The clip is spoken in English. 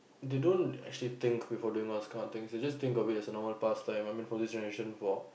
they don't actually think before doing all this type of things they just think of it as an old pastime I mean for this generation for